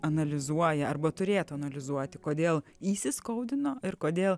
analizuoja arba turėtų analizuoti kodėl įsiskaudino ir kodėl